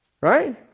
Right